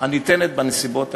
הניתנת בנסיבות האלה.